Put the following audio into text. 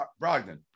Brogdon